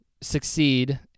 succeed